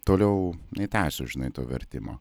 toliau netęsiu žinai to vertimo